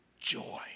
joy